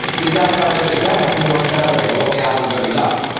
is that a kind of is that a foreshadowing of what the album is gonna be like.